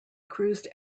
cruised